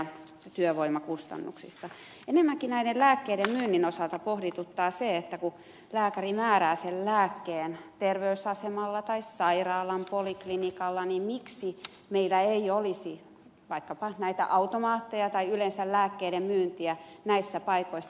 enemmänkin näiden lääkkeiden myynnin osalta pohdituttaa se että kun lääkäri määrää sen lääkkeen terveysasemalla tai sairaalan poliklinikalla niin miksi meillä ei olisi vaikkapa näitä automaatteja tai yleensä lääkkeiden myyntiä näissä paikoissa